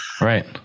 Right